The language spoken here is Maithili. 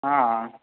हँ